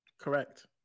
correct